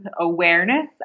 awareness